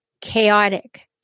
chaotic